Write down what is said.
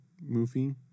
movie